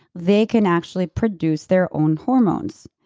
they can actually produce their own hormones.